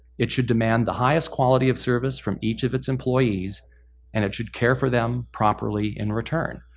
it should demand the highest quality of service from each of its employees and it should care for them properly in return.